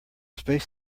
space